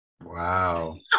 Wow